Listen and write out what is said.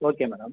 okay madam